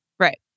Right